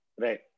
Right